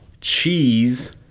cheese